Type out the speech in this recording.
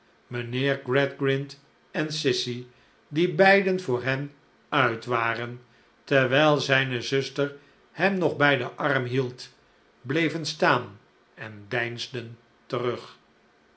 mijnheer gradgrind en sissy die beiden voor hen uit waren terwijl zijne zuster hem nog bij den arm hield bleven staan en deinsden terug